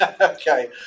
okay